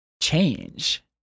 change